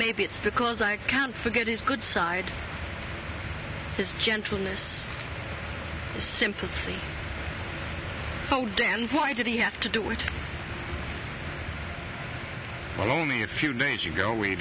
maybe it's because i can't forget his good side his gentleness sympathy but why did he have to do it well only a few days ago we